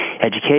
education